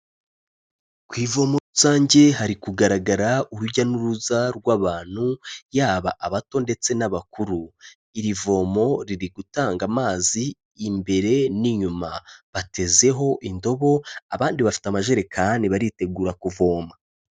Ku ivomo rusange hari kugaragara urujya n'uruza rw'abantu, yaba abato ndetse n'abakuru. Iri vomo riri gutanga amazi imbere n'inyuma. Batezeho indobo abandi bafite amajerekani baritegura kuvoma.